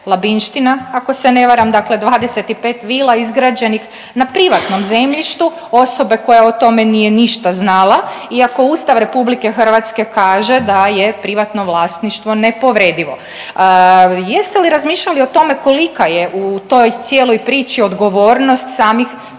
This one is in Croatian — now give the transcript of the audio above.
Labinština, ako se ne varam, dakle 25 vila izgrađenih na privatnom zemljištu osobe koje o tome nije ništa znala iako Ustav RH kaže da je privatno vlasništvo nepovredivo. Jeste li razmišljali o tome kolika je u toj cijeloj priči odgovornost samih